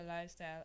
lifestyle